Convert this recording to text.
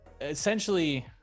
essentially